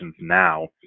now